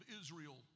Israel